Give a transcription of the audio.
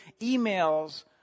emails